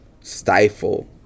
Stifle